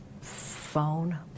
phone